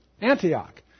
Antioch